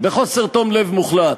בחוסר תום לב מוחלט.